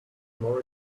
more